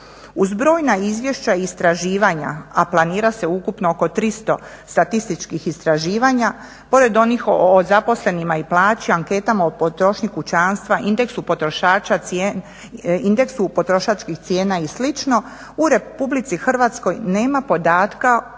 Uz brojna izvješća i istraživanja a planira se ukupno oko 300 statističkih istraživanja pored onih o zaposlenima i plaća anketama o potrošnji kućanstva, indeksu potrošačkih cijena i slično u RH nema podatka